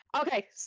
Okay